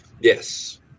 Yes